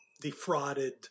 defrauded